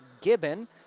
Gibbon